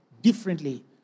differently